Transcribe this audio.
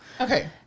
Okay